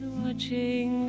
watching